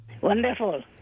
Wonderful